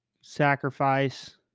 sacrifice